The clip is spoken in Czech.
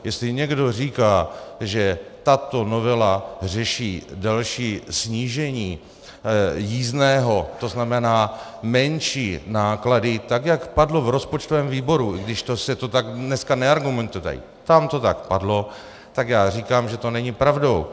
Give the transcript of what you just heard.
Jestli někdo říká, že tato novela řeší další snížení jízdného, to znamená menší náklady, tak jak padlo v rozpočtovém výboru, i když se tak dneska neargumentuje tady, tam to tak padlo, tak já říkám, že to není pravdou.